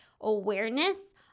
awareness